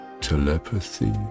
telepathy